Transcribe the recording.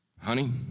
Honey